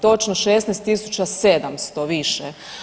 Točno 16.700 više.